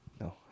No